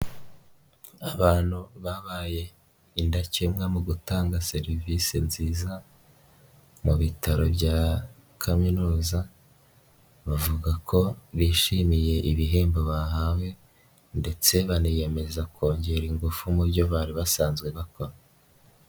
Abantu babaye indakemwa mu gutanga serivisi nziza mu bitaro bya Kaminuza, bavuga ko bishimiye ibihembo bahawe ndetse baniyemeza kongera ingufu mu byo bari basanzwe bakora.